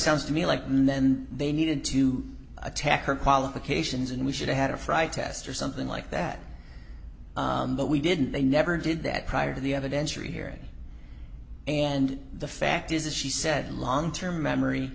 sounds to me like men they needed to attack her qualifications and we should have had a fry test or something like that but we didn't they never did that prior to the evidence or here and the fact is she said long term memory